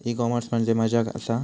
E commerce म्हणजे मझ्या आसा?